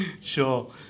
sure